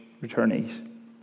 returnees